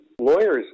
lawyers